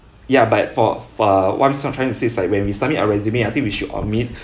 ya but for err what I'm trying to say is like when we submit our resume I think we should omit